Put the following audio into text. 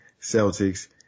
Celtics